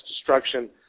destruction